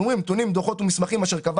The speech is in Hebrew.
אנחנו אומרים: "נתונים דוחות ומסמכים אשר קבע